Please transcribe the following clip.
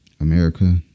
America